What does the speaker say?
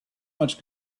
much